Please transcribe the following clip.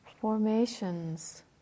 Formations